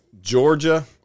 Georgia